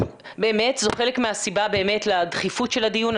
זו חלק מהסיבה באמת לדחיפות של הדיון.